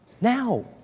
now